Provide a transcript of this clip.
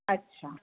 ਅੱਛਾ